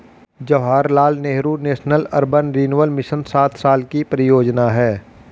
Jawaharlal Nehru national urban renewal mission सात साल की परियोजना है